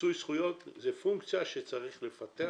מיצוי הזכויות זה פונקציה שצריך לפתח